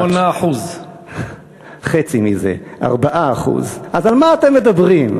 8%. חצי מזה, 4%. אז על מה אתם מדברים?